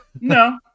no